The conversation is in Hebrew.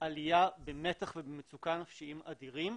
ועלייה במתח ובמצוקה נפשיים אדירים.